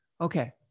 Okay